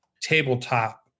Tabletop